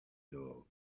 dog